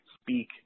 speak